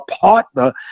partner